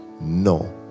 no